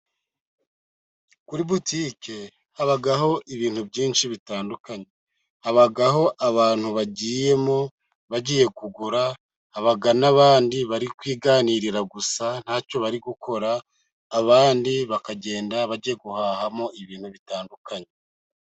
Kuri butike habaho ibintu byinshi bitandukanye, habaho abantu bagiyemo bagiye kugura, haba n'abandi bari kwiganirira gusa ntacyo bari gukora, abandi bakagenda bagiye guhahamo ibintu bitandukanye.